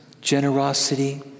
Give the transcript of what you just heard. generosity